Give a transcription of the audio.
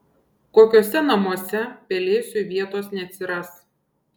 kokiuose namuose pelėsiui vietos neatsiras